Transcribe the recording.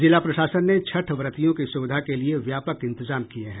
जिला प्रशासन ने छठ व्रतियों की सुविधा के लिये व्यापक इंतजाम किये हैं